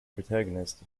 protagonist